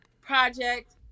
project